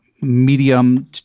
medium